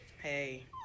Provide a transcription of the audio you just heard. Hey